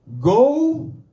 Go